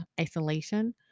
isolation